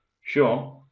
Sure